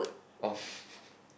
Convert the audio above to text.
of